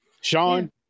Sean